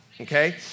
okay